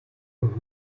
und